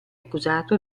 accusato